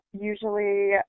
usually